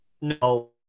No